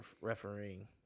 refereeing